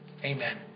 amen